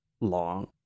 long